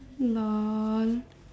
lol